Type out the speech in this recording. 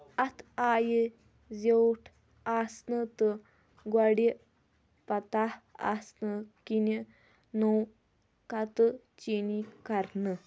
اتھ آیہ زِیوٗٹھ آسنہٕ تہٕ گۄڈِ پتاہ آسنہٕ كِنہِ نوٚو کتہٕ چینی كرنہٕ